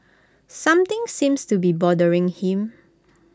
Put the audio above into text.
something seems to be bothering him